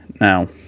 Now